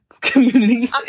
community